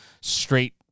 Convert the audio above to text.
straight